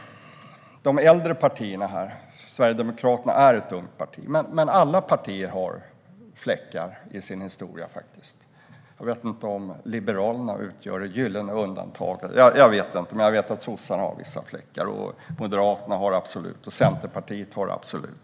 De äldre partierna här - Sverigedemokraterna är ett ungt parti - har också fläckar på sin historia. Alla partier har det. Jag vet inte om Liberalerna utgör det gyllene undantaget, men jag vet att sossarna har vissa fläckar. Moderaterna och Centerpartiet har det absolut.